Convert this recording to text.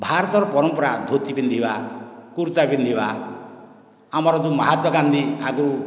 ଭାରତର ପରମ୍ପରା ଧୋତି ପିନ୍ଧିବା କୁର୍ତ୍ତା ପିନ୍ଧିବା ଆମର ଯେଉଁ ମହାତ୍ମା ଗାନ୍ଧି ଆଗରୁ